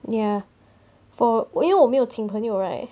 ya for 我因为我没有请朋友 right